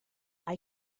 hay